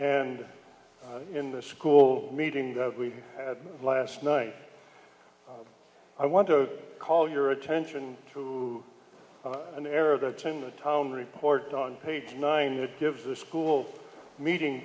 and in the school meeting that we had last night i want to call your attention to an error that's in the town report on page nine that gives the school meeting